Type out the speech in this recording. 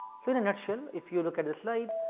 so, in a nutshell if you look at the slide,